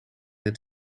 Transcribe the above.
het